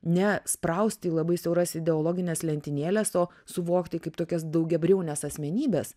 ne sprausti į labai siauras ideologines lentynėles o suvokti kaip tokias daugiabriaunes asmenybes